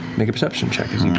make a perception check as you